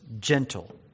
gentle